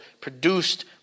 produced